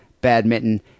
badminton